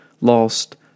lost